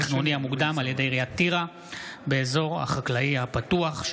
בנושא: ההליך התכנוני המוקדם על ידי עיריית טירה באזור החקלאי הפתוח.